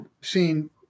seen